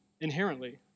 inherently